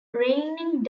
reigning